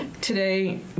today